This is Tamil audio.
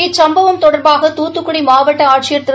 இச்சம்பவம் தொடர்பாக தூத்துக்குடி மாவட்ட ஆட்சியர் திரு